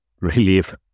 relief